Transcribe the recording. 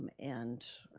and